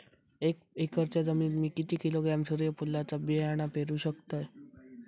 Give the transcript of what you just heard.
एक एकरच्या जमिनीत मी किती किलोग्रॅम सूर्यफुलचा बियाणा पेरु शकतय?